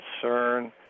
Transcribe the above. concern